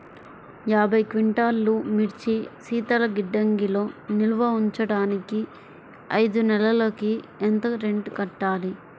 యాభై క్వింటాల్లు మిర్చి శీతల గిడ్డంగిలో నిల్వ ఉంచటానికి ఐదు నెలలకి ఎంత రెంట్ కట్టాలి?